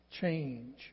change